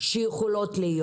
שיכולות להיות.